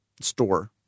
store